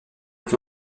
plus